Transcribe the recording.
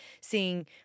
seeing